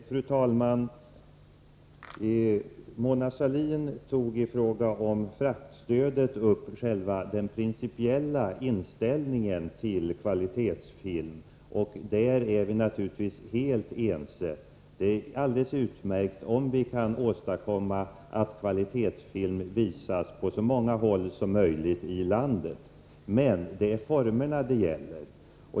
Fru talman! Mona Sahlin tog i fråga om fraktstödet upp själva den principiella inställningen till kvalitetsfilm, och där är vi naturligtvis helt ense. Det är alldeles utmärkt om vi kan åstadkomma att kvalitetsfilm visas på så många håll som möjligt i landet. Men det är formerna det gäller.